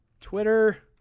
twitter